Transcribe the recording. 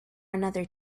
another